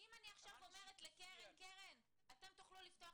אם אני עכשיו אומרת לקרן שהם יוכלו לפתוח